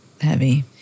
heavy